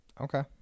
Okay